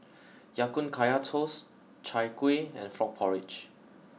Ya Kun Kaya Toast Chai Kueh and Frog Porridge